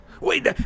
Wait